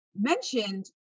mentioned